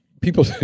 people